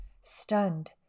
Stunned